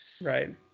Right